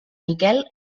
miquel